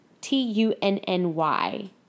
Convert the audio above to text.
T-U-N-N-Y